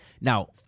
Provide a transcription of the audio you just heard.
Now